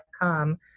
come